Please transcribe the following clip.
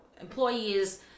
employees